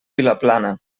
vilaplana